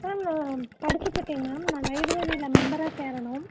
ma'am நான் படிச்சுட்ருக்கேங்க ma'am நான் லைப்ரரியில் மெம்பராக சேரணும்